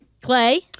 Clay